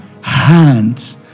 hand